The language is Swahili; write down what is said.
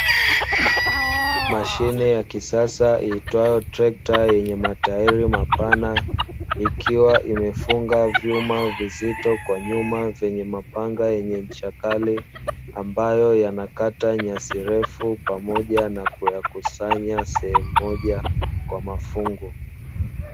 Mashine ya kisasa iitwayo trekta yenye matairi mapana, ikiwa imefunga vyuma vizito kwa nyuma vyenye mapanga yenye ncha kali ambayo yanakata nyasi refu pamoja na kuyakusanya sehemu moja kwa mafungu.